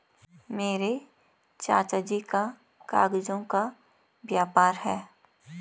मेरे चाचा जी का कागजों का व्यापार है